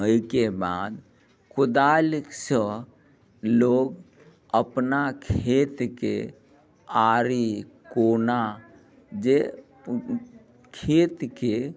ओहिके बाद कुदालिसँ लोग अपना खेतके आरी कोना जे खेतके